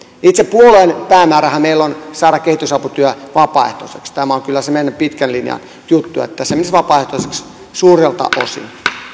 itse puolueen päämäärähän meillä on saada kehitysaputyö vapaaehtoiseksi tämä on kyllä se meidän pitkän linjan juttu että se menisi vapaaehtoiseksi suurilta osin